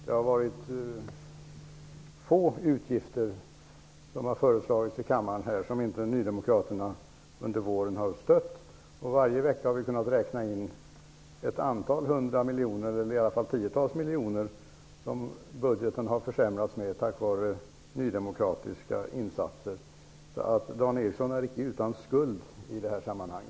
Det är få av de utgifter som har föreslagits i kammaren under våren som nydemokraterna inte har stött. Varje vecka har vi kunnat räkna ut att budgeten har försämrats med ett antal 100 miljoner eller i alla fall tiotals miljoner på grund av nydemokratiska insatser. Dan Eriksson är icke utan skuld i detta sammanhang.